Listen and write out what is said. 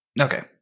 okay